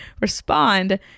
respond